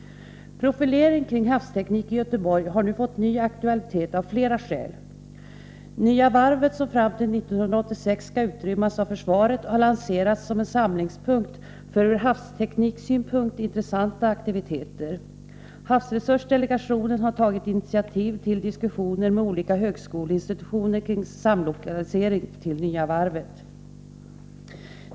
Profilering kring havsteknik i Göteborg har nu fått ny aktualitet av flera skäl. Nya varvet, som fram till 1986 skall utrymmas av försvaret, har lanserats som en samlingspunkt för ur havstekniksynpunkt intressanta aktiviteter. Havsresursdelegationen har tagit initiativ till diskussioner med olika högskoleinstitutioner kring samlokalisering till Nya varvet.